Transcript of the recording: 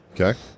Okay